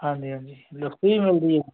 ਹਾਂਜੀ ਹਾਂਜੀ ਲੱਸੀ ਵੀ ਮਿਲਦੀ ਹੈ